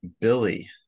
Billy